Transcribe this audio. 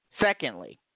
Secondly